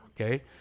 okay